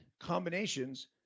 combinations